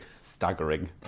staggering